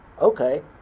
okay